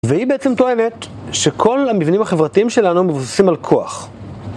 והיא בעצם טוענת שכל המבנים החברתיים שלנו מבוססים על כוח